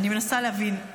אני מנסה להבין,